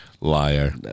Liar